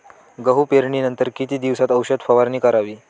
गहू पेरणीनंतर किती दिवसात औषध फवारणी करावी?